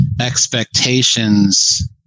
expectations